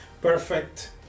perfect